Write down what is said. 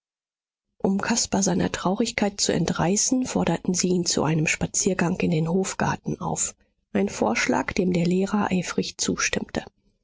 um caspar seiner traurigkeit zu entreißen forderten sie ihn zu einem spaziergang in den hofgarten auf ein vorschlag dem der lehrer eifrig zustimmte